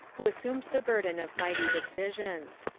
who assumed the burden of mighty decisions.